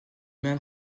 main